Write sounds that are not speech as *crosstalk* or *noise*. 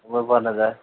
*unintelligible*